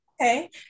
Okay